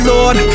Lord